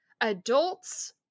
adults